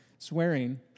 Swearing